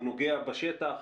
הוא נוגע בשטח,